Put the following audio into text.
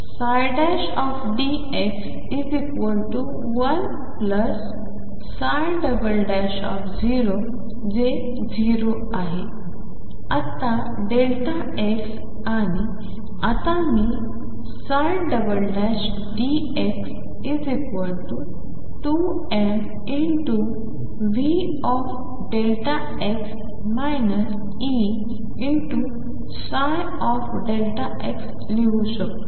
असेलΔx10 जे 0 आहे आत्ता Δx आणि आता मी Δx2mVΔx EψΔx लिहू शकतो